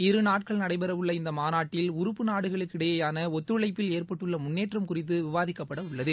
இரு நாட்கள் நடைபெற உள்ள இந்த மாநாட்டில் உறுப்பு நாடுகளுக்கிடையேயான ஒத்துழைப்பில் ஏற்ப்பட்டுள்ள முன்னேற்றம் குறித்து விவாதிக்கப்பட உள்ளது